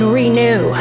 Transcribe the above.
renew